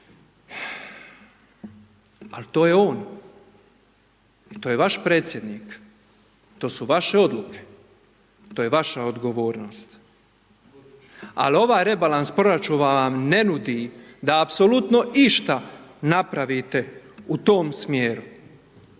Al to je on, i to je vaš predsjednik, to su vaše odluke, to je vaša odgovornost. Al, ovaj rebalans proračuna vam ne nudi da apsolutno išta napravite u tom smjeru.